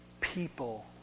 people